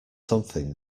something